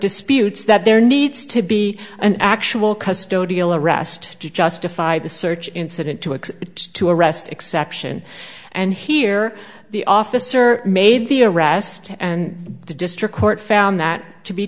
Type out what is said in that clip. disputes that there needs to be an actual custody ill arrest to justify the search incident to a to arrest exception and here the officer made the arrest and the district court found that to be